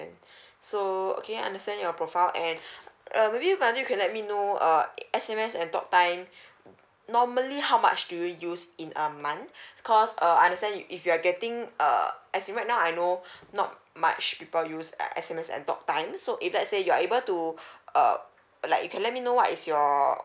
so okay I understand your profile and err maybe madu you can let me know uh S_M_S and talk time normally how much do you use in a month because uh understand if you're getting uh as in right now I know not much people use S_M_S and talk time so if let's say you are able to uh like you can let me know what is your